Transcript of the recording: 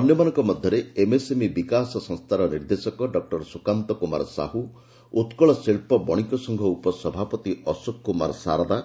ଅନ୍ୟମାନଙ୍କ ମଧ୍ୟରେ ଏମ୍ଏସ୍ଏମ୍ଇ ବିକାଶ ସଂସ୍ଥାର ନିର୍ଦ୍ଦେଶକ ଡକ୍କର ସୁକାନ୍ତ କୁମାର ସାହୁ ଉତ୍କଳ ଶିଳ୍ପ ବଶିକ ସଂଘ ଉପସଭାପତି ଅଶୋକ କୁମାର ସାରଦା